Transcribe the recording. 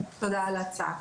תודה על ההצעה.